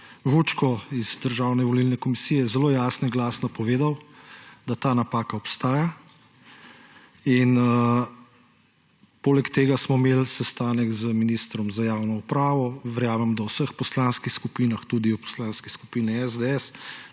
Vučko iz Državne volilne komisije zelo jasno in glasno povedal, da ta napaka obstaja in poleg tega smo imeli sestanek z ministrom za javno upravo, verjamem, da v vseh poslanskih skupinah, tudi v Poslanski skupini SDS,